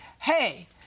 Hey